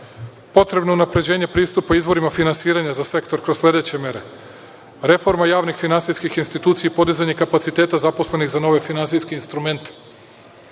Potrebno je unapređenje pristupa izvorima finansiranja za sektor kroz sledeće mere: reforma javnih finansijskih institucija i podizanje kapaciteta zaposlenih za nov finansijski instrument,